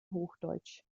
hochdeutsch